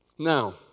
Now